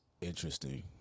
Interesting